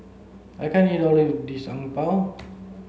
I can't eat all of this Png Tao